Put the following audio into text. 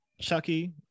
Chucky